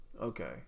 Okay